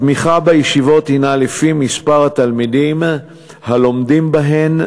התמיכה בישיבות הנה לפי מספר התלמידים הלומדים בהן,